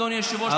אדוני היושב-ראש,